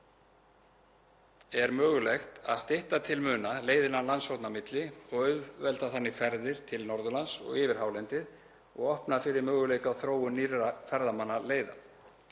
er mögulegt að stytta til muna leiðina landshorna á milli og auðvelda þannig ferðir til Norðurlands og yfir hálendið og opna fyrir möguleika á þróun nýrra ferðamannaleiða.